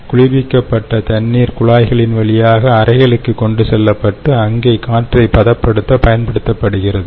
குளிர்விக்கப்பட்ட தண்ணீர் குழாய்களின் வழியாக அறைகளுக்கு கொண்டு செல்லப்பட்டு அங்கே காற்றை பதப்படுத்த பயன்படுத்தப்படுகிறது